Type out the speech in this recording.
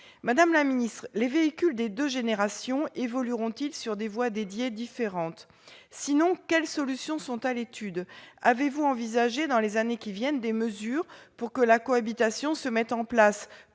madame la ministre, les véhicules des deux générations évolueront-ils sur des voies dédiées différentes ? Sinon, quelles solutions sont à l'étude ? Avez-vous envisagé, dans les années qui viennent, des mesures pour que la cohabitation se mette en place